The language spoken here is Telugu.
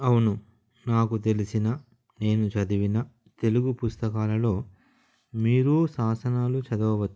అవును నాకు తెలిసిన నేను చదివిన తెలుగు పుస్తకాలలో మీరు శాసనాలు చదవచ్చు